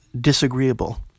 disagreeable